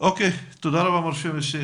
אוקיי, תודה רבה מר שמש.